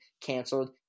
canceled